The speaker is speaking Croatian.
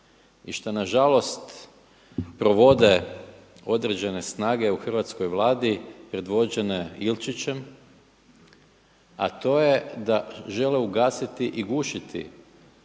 i šta na žalost provode određene snage u hrvatskoj Vladi predvođene Ilčićem, a to je da žele ugasiti i gušiti